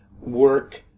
work